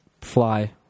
fly